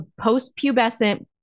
post-pubescent